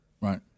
Right